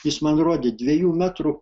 jis man rodė dviejų metrų